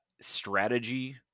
Strategy